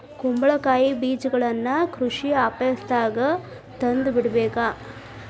ಕುಂಬಳಕಾಯಿ ಬೇಜಗಳನ್ನಾ ಕೃಷಿ ಆಪೇಸ್ದಾಗ ತಂದ ಬಿತ್ತಬೇಕ